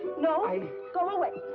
no. go away!